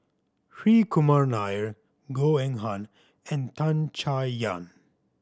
Hri Kumar Nair Goh Eng Han and Tan Chay Yan